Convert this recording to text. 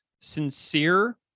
sincere